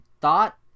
thought